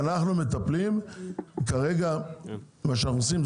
כרגע מה שאנחנו עושים,